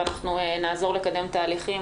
ואנחנו נעזור לקדם תהליכים.